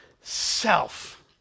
self